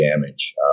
damage